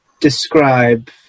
describe